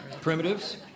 Primitives